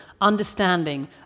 understanding